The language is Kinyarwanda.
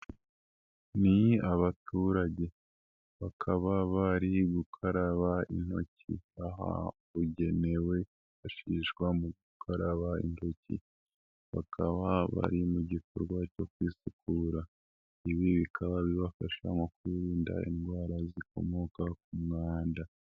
Ni abaturage bakaba bari gukaraba intoki ahabugenewe hifashishwa mu gukaraba intoki. Bakaba bari mu gikorwa cyo kwisukura, ibi bikaba bibafasha mu kwirinda indwara zikomoka ku mwanda.